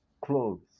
clothes